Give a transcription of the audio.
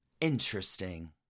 Interesting